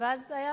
ואז זה היה